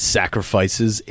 sacrifices